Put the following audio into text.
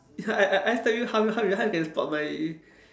it's like I I I tell you how you how you can stop my